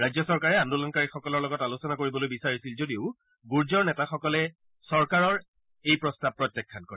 ৰাজ্য চৰকাৰে আন্দোলনকাৰীসকলৰ লগত আলোচনা কৰিবলৈ বিচাৰিছিল যদিও গুৰ্জৰ নেতাসলে চৰকাৰৰ এই প্ৰস্তাৱ প্ৰত্যাখ্যান কৰে